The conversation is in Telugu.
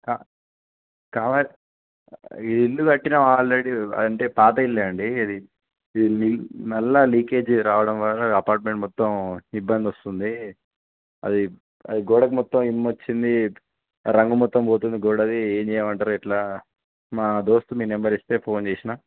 కా కావ ఇది ఇల్లు కట్టాను ఆల్రెడీ అంటే పాత ఇల్లే అండి ఇది ఇది నల్ల లీకేజ్ రావడం వల్ల అపార్ట్మెంట్ మొత్తం ఇబ్బంది వస్తుంది అది అది గోడకు మొత్తం చేమ్మొచ్చింది రంగు మొత్తం పోతుంది గొడది ఏం చేయమంటారు ఇలా మా దోస్తు మీ నెంబర్ ఇస్తే ఫోన్ చేసాను